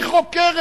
היא חוקרת.